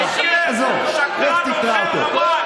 בתשובה שהאכיפה צריכה להיות שוויונית,